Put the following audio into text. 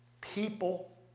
People